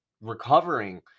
recovering